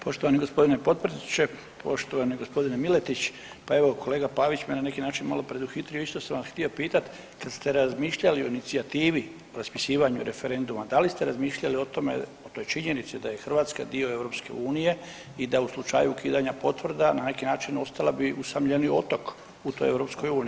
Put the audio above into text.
Poštovani gospodine potpredsjedniče, poštovani gospodine Miletić pa evo kolega Pavić me na neki način preduhitrio isto sam vas htjeli pitat kad ste razmišljali o inicijativi, o raspisivanju referenduma da li ste razmišljali o tome, a to je činjenica da je Hrvatska dio EU i da u slučaju ukidanja potvrda na neki način ostala bi usamljeni otok u toj EU.